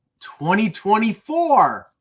2024